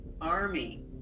army